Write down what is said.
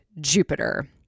Jupiter